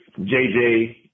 JJ